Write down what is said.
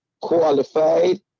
qualified